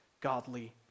godly